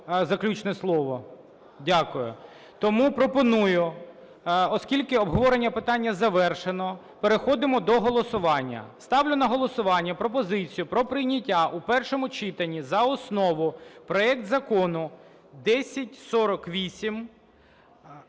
заключне слово. Дякую. Тому пропоную, оскільки обговорення питання завершено. Переходимо до голосування. Ставлю на голосування пропозицію про прийняття у першому читанні за основу проект Закону 1048...